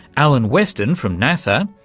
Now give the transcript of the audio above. alan weston from nasa,